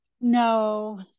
No